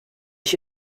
ich